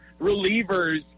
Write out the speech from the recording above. relievers